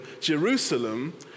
Jerusalem